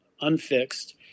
unfixed